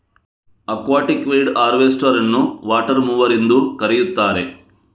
aquatic weed harvester ಅನ್ನುವಾಟರ್ mower ಎಂದೂ ಕರೆಯುತ್ತಾರೆ